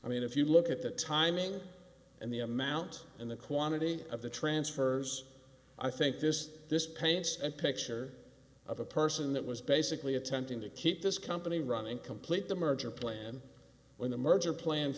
i mean if you look at the timing and the amount and the quantity of the transfers i think just this paints a picture of a person that was basically attempting to keep this company running complete the merger plan when the merger plan